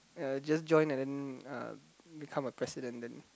uh just join and then uh become a president then